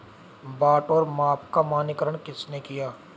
बाट और माप का मानकीकरण किसने किया?